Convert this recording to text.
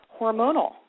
hormonal